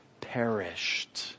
perished